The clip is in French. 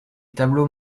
tableaux